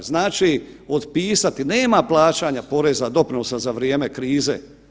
Znači, otpisati, nema plaćanja poreza, doprinosa za vrijeme krize.